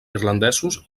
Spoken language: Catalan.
irlandesos